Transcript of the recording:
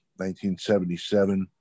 1977